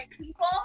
people